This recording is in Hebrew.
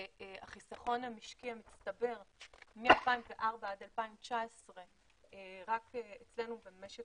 והחיסכון המשקי המצטבר מ-2004 עד 2019 רק אצלנו במשק